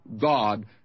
God